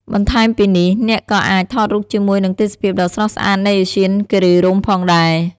បន្ថែមពីនេះ អ្នកក៏អាចថតរូបជាមួយនឹងទេសភាពដ៏ស្រស់ស្អាតនៃឧទ្យានគិរីរម្យផងដែរ។